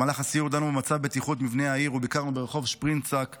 במהלך הסיור דנו במצב הבטיחות במבני העיר וביקרנו ברחוב שפרינצק בעיר,